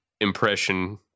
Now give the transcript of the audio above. impression